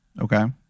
okay